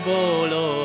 Bolo